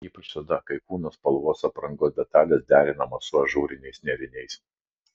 ypač tada kai kūno spalvos aprangos detalės derinamos su ažūriniais nėriniais